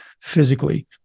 physically